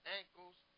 ankles